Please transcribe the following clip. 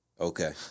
Okay